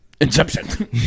Inception